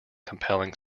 compelling